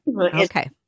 okay